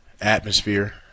atmosphere